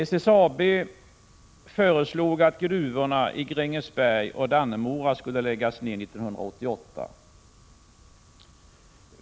SSAB föreslog att gruvorna i Grängesberg och Dannemora skulle läggas ned 1988.